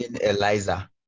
Eliza